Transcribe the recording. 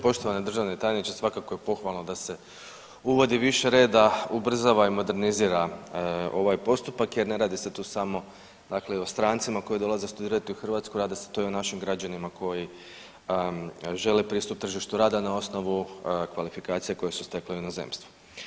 Poštovani državni tajniče, svakako je pohvalo da se uvodi više reda, ubrzava i modernizira ovaj postupak jer ne radi se tu samo dakle o strancima koji dolaze studirati u Hrvatsku, radi se tu i o našim građanima koji žele pristup tržištu rada na osnovu kvalifikacija koje su stekli u inozemstvu.